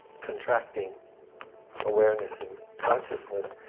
contracting awareness and consciousness,